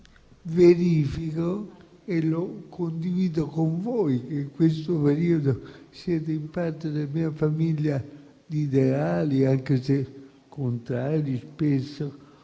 verifico e condivido con voi - che in questo periodo siete parte della mia famiglia di ideali, anche se talvolta